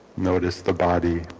notice the body